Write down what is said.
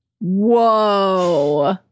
whoa